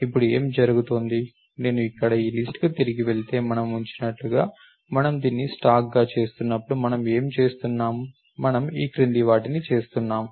ఇప్పుడు ఏమి జరుగుతోంది నేను ఇక్కడ ఈ లిస్ట్ కు తిరిగి వెళితే మనం ఉంచినట్లుగా మనము దీన్ని స్టాక్గా చేస్తున్నప్పుడు మనం ఏమి చేస్తున్నాము మనము ఈ క్రింది వాటిని చేస్తున్నాము